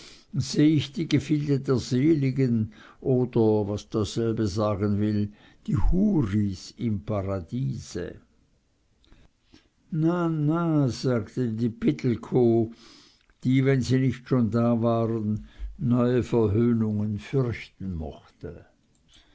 seh ich die gefilde der seligen oder was dasselbe sagen will die houris im paradiese na na sagte die pittelkow die wenn sie nicht schon da waren neue verhöhnungen fürchten mochte